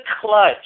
clutch